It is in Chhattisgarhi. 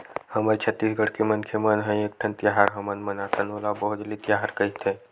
हमर छत्तीसगढ़ के मनखे मन ह एकठन तिहार हमन मनाथन ओला भोजली तिहार कइथे